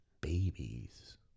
babies